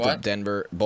Denver